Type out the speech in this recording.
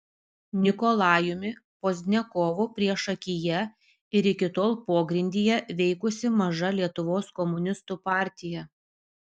nikolajumi pozdniakovu priešakyje ir iki tol pogrindyje veikusi maža lietuvos komunistų partija